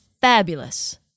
fabulous